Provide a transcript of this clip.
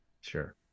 sure